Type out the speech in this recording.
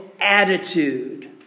attitude